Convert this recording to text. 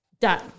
done